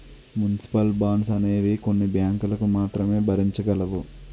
municipal bonds అనేవి కొన్ని బ్యాంకులు మాత్రమే భరించగలవు